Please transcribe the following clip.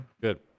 Good